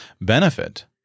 benefit